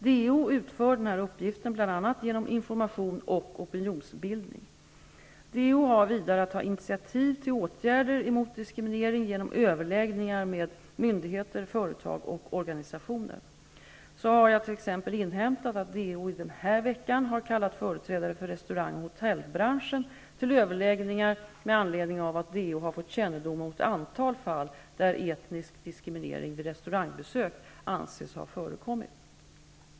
DO utför denna uppgift bl.a. genom information och opinionsbildning. DO har vidare att ta initiativ till åtgärder mot diskriminering genom överläggningar med myndigheter, företag och organisationer. Så har jag t.ex. inhämtat att DO den här veckan har kallat företrädare för restaurang och hotellbranschen till överläggningar med anledning av att DO har fått kännedom om ett antal fall där etnisk diskriminering vid restaurangbesök anses ha förekommit.